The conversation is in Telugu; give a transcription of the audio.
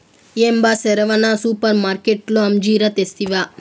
ఏం బా సెరవన సూపర్మార్కట్లో అంజీరా తెస్తివా